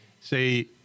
say